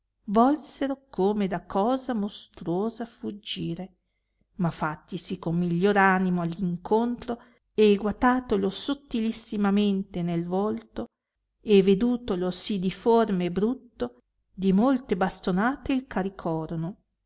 volsero come da cosa mostruosa fuggire ma fattisi con miglior animo all incontro e guatatolo sottilissimamente nel volto e vedutolo sì diforme e brutto di molte bastonate il caricorono